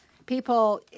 People